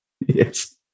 yes